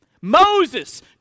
Moses